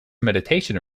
meditation